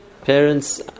parents